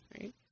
Right